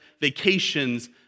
vacations